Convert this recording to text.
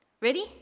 Ready